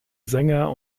sänger